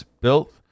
built